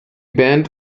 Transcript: band